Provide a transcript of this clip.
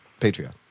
Patreon